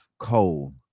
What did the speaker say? coal